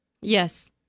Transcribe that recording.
Yes